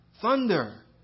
Thunder